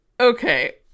Okay